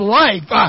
life